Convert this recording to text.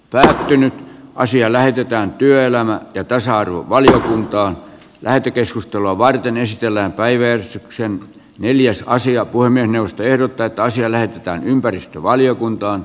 pääosin asia lähetetään työelämä ja toisaalta valiokuntaan käyty keskustelua varten esitellään päivystyksen neljässä asia voi puhemiesneuvosto ehdottaa että asia lähetetään ympäristövaliokuntaan